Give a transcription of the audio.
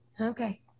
Okay